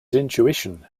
intuition